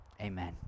Amen